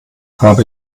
habe